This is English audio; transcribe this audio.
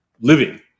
living